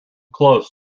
close